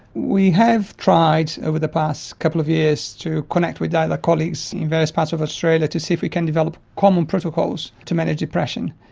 we have tried over the past couple of years to connect with other yeah like colleagues in various parts of australia to see if we can develop common protocols to manage depression.